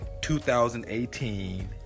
2018